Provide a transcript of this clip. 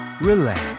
relax